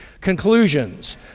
conclusions